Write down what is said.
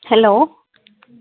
hello